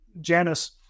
Janice